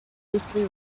loosely